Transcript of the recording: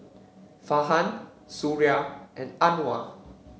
Farhan Suria and Anuar